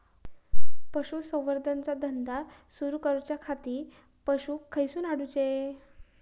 पशुसंवर्धन चा धंदा सुरू करूच्या खाती पशू खईसून हाडूचे?